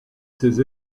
ses